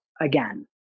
again